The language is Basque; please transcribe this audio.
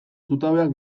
zutabeak